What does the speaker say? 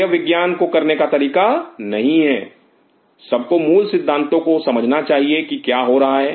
यह विज्ञान को करने का तरीका नहीं है सबको मूल सिद्धांतों को समझना चाहिए कि क्या हो रहा है